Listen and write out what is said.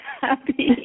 happy